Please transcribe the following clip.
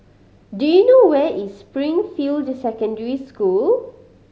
do you know where is Springfield Secondary School